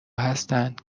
هستند